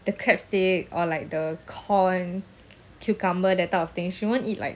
the crab stick or like the corn cucumber that type of thing she won't eat like